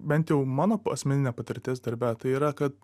bent jau mano asmeninė patirtis darbe tai yra kad